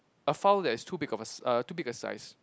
a file that is too big of a s~ err too big a size